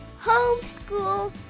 Homeschool